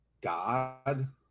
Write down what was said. God